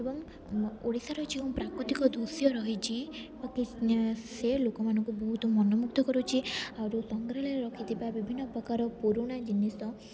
ଏବଂ ଓଡ଼ିଶାର ଯେଉଁ ପ୍ରାକୃତିକ ଦୃଶ୍ୟ ରହିଛି ସେ ଲୋକମାନଙ୍କୁ ବହୁତ ମନମୁଗ୍ଧ କରୁଛି ସଂଗ୍ରାହଳରେ ରଖିଥିବା ବିଭିନ୍ନ ପ୍ରକାର ପୁରୁଣା ଜିନିଷ